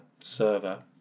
server